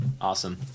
awesome